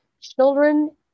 children